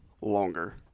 longer